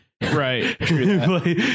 right